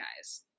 guys